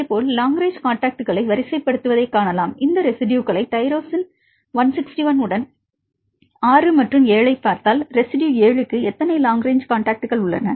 அதேபோல் long range காண்டாக்ட்களை வரிசைப்படுத்துவதைக் காணலாம் இந்த ரெஸிட்யுகளை டைரோசின் 161 உடன் 6 மற்றும் 7 ஐப் பார்த்தால் ரெஸிட்யு 7 க்கு எத்தனை லாங் ரேங்ச் காண்டாக்ட் உள்ளன